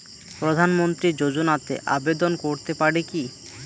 প্রধানমন্ত্রী যোজনাতে আবেদন করতে পারি কি?